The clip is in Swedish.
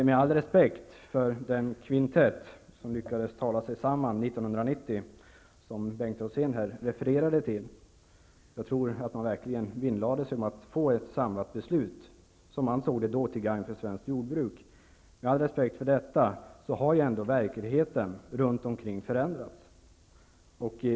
Med all respekt för den kvintett som lyckades tala sig samman år 1990 och som Bengt Rosén refererade till -- jag tror att man verkligen vinnlade sig om att få ett samlat beslut, som man då ansåg vara till gagn för svenskt jordbruk -- har ju verkligenheten runt omkring nu förändrats.